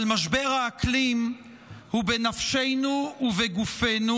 אבל משבר האקלים הוא בנפשנו ובגופנו,